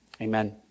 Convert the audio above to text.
Amen